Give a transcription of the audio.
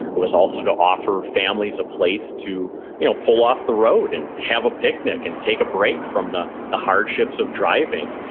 it was also to offer families a place to you know pull off the road and have a picnic and take a break from the the hardships of driving.